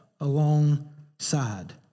alongside